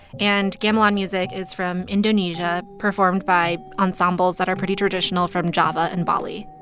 and gamelan music is from indonesia, performed by ensembles that are pretty traditional from java and bali